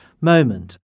moment